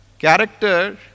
Character